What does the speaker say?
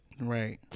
Right